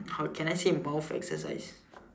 how can I say in eyes